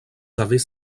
avez